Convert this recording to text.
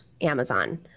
Amazon